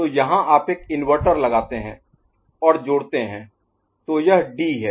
तो यहां आप एक इन्वर्टर लगाते हैं और जोड़ते हैं तो यह डी है